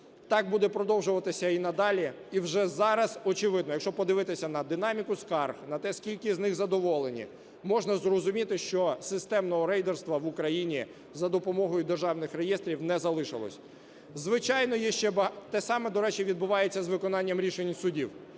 Так буде продовжуватися і надалі. І вже зараз очевидно, якщо подивитися на динаміку скарг, на те, скільки з них задоволені, можна зрозуміти, що системного рейдерства в Україні за допомогою державних реєстрів не залишилось. Звичайно, є ще... Те саме, до речі, відбувається з виконанням рішень судів.